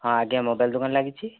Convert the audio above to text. ହଁ ଆଜ୍ଞା ମୋବାଇଲ୍ ଦୋକାନ ଲାଗିଛି